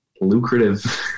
lucrative